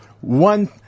one